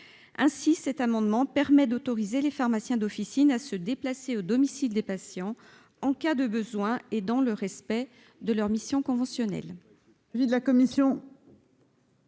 Cet amendement vise à autoriser les pharmaciens d'officine à se déplacer au domicile des patients, en cas de besoin et dans le respect de leurs missions conventionnelles.